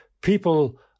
People